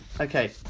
Okay